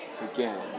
Again